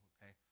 Okay